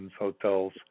hotels